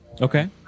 Okay